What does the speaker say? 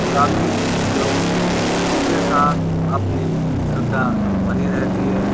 ग्रामीण लोगों की उनके साथ अपनी श्रद्धा बनी रहती है